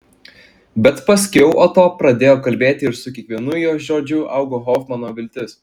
bet paskiau oto pradėjo kalbėti ir su kiekvienu jo žodžiu augo hofmano viltis